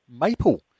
Maple